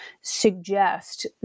suggest